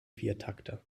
viertakter